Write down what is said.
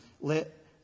Let